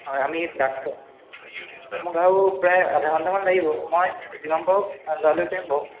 হয় আমি ডাক্টৰ মোক আৰু প্ৰায় আধা ঘন্টামান লাগিব মই যিমান পাৰো লৰা লৰি কৰিম বাৰু